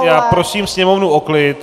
Já prosím sněmovnu o klid.